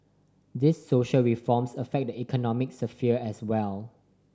these social reforms affect the economic sphere as well